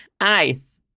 ice